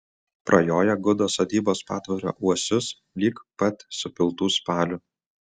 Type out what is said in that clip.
prajoja gudo sodybos patvorio uosius lig pat supiltų spalių